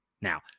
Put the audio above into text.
now